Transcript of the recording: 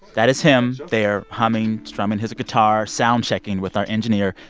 that is him there, humming, strumming his guitar, sound-checking with our engineer,